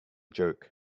jerk